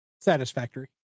Satisfactory